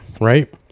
Right